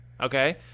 okay